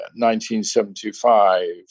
1975